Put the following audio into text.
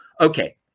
Okay